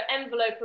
envelope